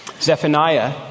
Zephaniah